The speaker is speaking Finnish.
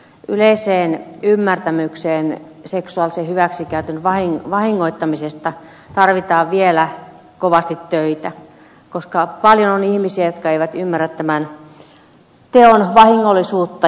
yleiseen ymmärtämykseen seksuaalisen hyväksikäytön vahingollisuudesta tarvitaan vielä kovasti töitä koska on paljon ihmisiä jotka eivät ymmärrä tämän teon vahingollisuutta